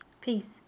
Peace